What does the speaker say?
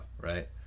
right